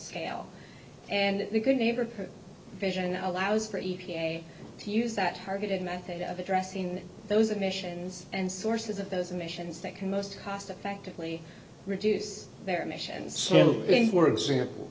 scale and the good neighbor vision allows for e p a to use that targeted method of addressing those emissions and sources of those emissions that can most cost effectively reduce their emissions for example